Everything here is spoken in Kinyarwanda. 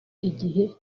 igihe